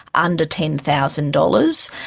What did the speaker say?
under ten thousand dollars,